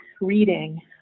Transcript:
reading